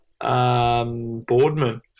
Boardman